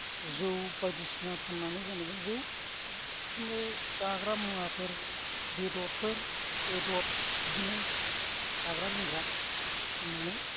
जौ बायदिसिना फाननानै जेनेबा जौ बिदिनो जाग्रा मुवाफोर बेदरफोर बेदर बिदिनो जाग्रा लोंग्रा फाननानै